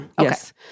yes